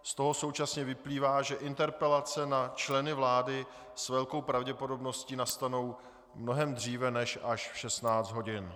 Z toho současně vyplývá, že interpelace na členy vlády s velkou pravděpodobností nastanou mnohem dříve než až v 16 hodin.